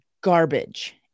garbage